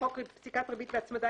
בחוק פסיקת ריבית והצמדה,